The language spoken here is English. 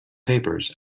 papers